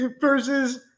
versus